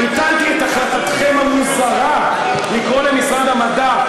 ביטלתי את החלטתכם המוזרה לקרוא למשרד "המדע,